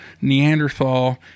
Neanderthal